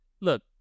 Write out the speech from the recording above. look